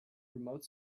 remote